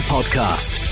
Podcast